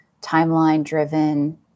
timeline-driven